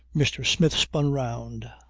mr. smith spun round,